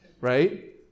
right